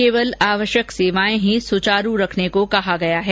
केवल आवश्यक सेवाएं ही सुचारू रखने के लिए कहा गया है